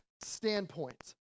standpoint